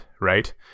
right